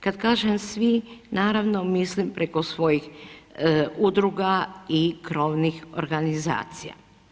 Kada kažem svi, naravno mislim preko svojih udruga i krovnih organizacija.